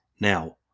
Now